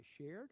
shared